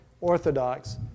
Orthodox